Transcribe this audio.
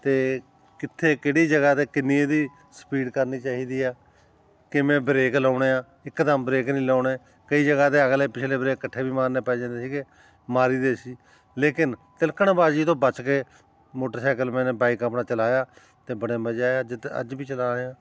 ਅਤੇ ਕਿੱਥੇ ਕਿਹੜੀ ਜਗ੍ਹਾ 'ਤੇ ਕਿੰਨੀ ਇਹਦੀ ਸਪੀਡ ਕਰਨੀ ਚਾਹੀਦੀ ਆ ਕਿਵੇਂ ਬ੍ਰੇਕ ਲਾਉਣੇ ਆ ਇੱਕਦਮ ਬ੍ਰੇਕ ਨਹੀਂ ਲਾਉਣੇ ਕਈ ਜਗ੍ਹਾ 'ਤੇ ਅਗਲੇ ਪਿਛਲੇ ਬ੍ਰੇਕ ਇਕੱਠੇ ਵੀ ਮਾਰਨੇ ਪੈ ਜਾਂਦੇ ਸੀਗੇ ਮਾਰੀ ਦੇ ਸੀ ਲੇਕਿਨ ਤਿਲਕਣਬਾਜ਼ੀ ਤੋਂ ਬੱਚ ਕੇ ਮੋਟਰਸਾਈਕਲ ਮੈਨੇ ਬਾਈਕ ਆਪਣਾ ਚਲਾਇਆ ਅਤੇ ਬੜੇ ਮਜ਼ਾ ਆਇਆ ਜਿੱਦਾਂ ਅੱਜ ਵੀ ਚਲਾ ਰਿਹਾ